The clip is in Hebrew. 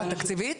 תקציבית?